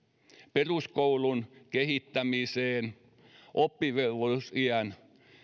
peruskoulun kehittämiseen oppivelvollisuusiän